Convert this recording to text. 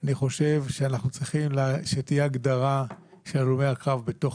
אני חושב שאנחנו צריכים שתהיה הגדרה שהלומי הקרב בתוך